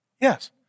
Yes